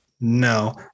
no